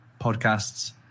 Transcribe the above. podcasts